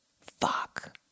Fuck